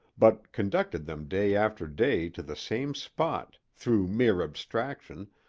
but conducted them day after day to the same spot, through mere abstraction,